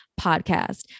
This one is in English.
podcast